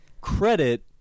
credit